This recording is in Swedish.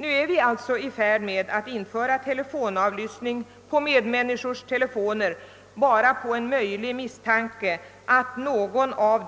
Nu är vi alltså i färd med att införa telefonavlyssning bara på en möjlig misstanke, att